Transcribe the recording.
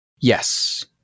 Yes